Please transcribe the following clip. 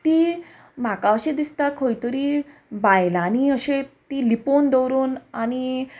ती म्हाका अशें दिसता खंय तरी बायलांनी अशी ती लिपोन दवरून आनी